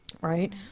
right